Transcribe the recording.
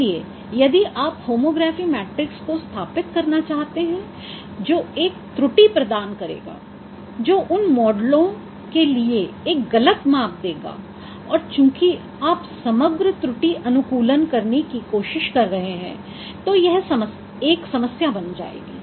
इसलिए यदि आप होमोग्राफी मैट्रिक्स को स्थापित करना चाहते हैं जो एक त्रुटि प्रदान करेगा जो उन मॉडलों के लिए एक गलत माप देगा और चूंकि आप समग्र त्रुटि अनुकूलन करने की कोशिश कर रहे हैं तो यह एक समस्या बन जाएगी